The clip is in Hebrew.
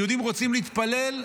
כשיהודים רוצים להתפלל,